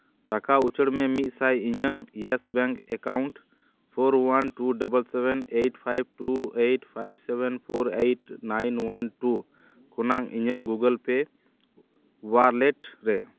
ᱴᱟᱠᱟ ᱩᱪᱟᱹᱲ ᱢᱮ ᱢᱤᱫᱥᱟᱭ ᱤᱧᱟᱹᱝ yes bank account four one two double seven eight five two eight five seven four eight nine one two ᱠᱷᱚᱱᱟᱝ ᱤᱧᱟᱹᱝ ᱜᱩᱜᱩᱞ ᱯᱮ ᱳᱣᱟᱞᱮᱴ ᱨᱮ